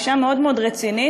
אישה מאוד מאוד רצינית,